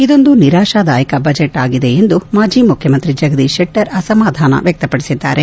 ಇದೊಂದು ನಿರಾಶಾದಾಯಕ ಬಜೆಟ್ ಆಗಿದೆ ಎಂದು ಮಾಜಿ ಮುಖ್ಯಮಂತ್ರಿ ಜಗದೀಶ್ ಶೆಟ್ಟರ್ ಅಸಮಾಧಾನ ವ್ಯಕ್ತಪಡಿಸಿದ್ದಾರೆ